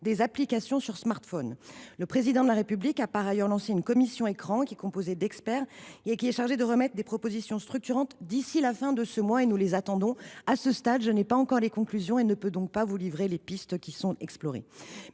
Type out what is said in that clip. des applications sur smartphone. Le Président de la République a par ailleurs lancé une commission « écrans » composée d’experts. Elle est chargée de remettre des propositions structurantes d’ici à la fin de ce mois ; nous les attendons. À ce stade, je n’ai pas encore les conclusions et je ne peux donc pas vous livrer les pistes qui sont explorées.